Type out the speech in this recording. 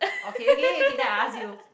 okay okay okay then I ask you